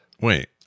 Wait